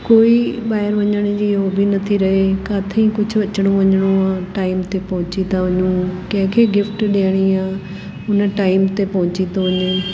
कोई ॿाहिरि वञण जी हो बि नथी रहे किथे कुझु अचिणो वञिणो आहे टाइम ते पहुची था वञू कंहिंखे गिफ्ट ॾियणी आहे हुन टाइम ते पहुची थो वञे